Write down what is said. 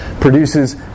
produces